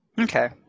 okay